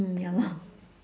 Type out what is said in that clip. mm ya lor